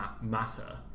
matter